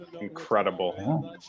Incredible